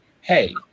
hey